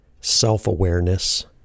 self-awareness